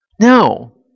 No